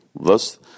Thus